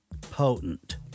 potent